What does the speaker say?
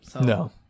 No